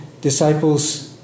disciples